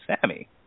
Sammy